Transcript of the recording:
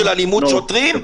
של אלימות שוטרים?